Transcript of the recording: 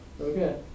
Okay